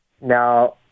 Now